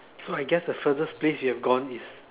so I guess the furthest place you've gone is